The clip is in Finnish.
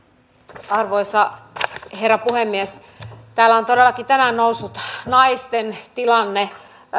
arvoisa herra puhemies täällä on todellakin tänään noussut naisten tilanne